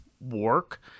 work